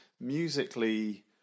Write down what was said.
musically